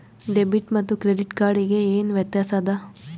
Debit ಮತ್ತ credit card ಗೆ ಏನ ವ್ಯತ್ಯಾಸ ಆದ?